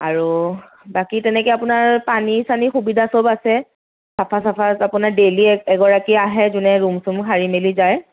আৰু বাকী তেনেকৈ আপোনাৰ পানী চানীৰ সুবিধা চব আছে চফা তফা আপোনাৰ ডেইলি এক এগৰাকী আহে যোনে ৰুম চুমো সাৰি মেলি যায়